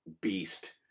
beast